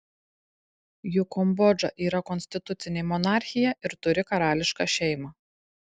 juk kambodža yra konstitucinė monarchija ir turi karališką šeimą